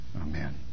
Amen